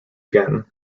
again